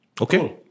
Okay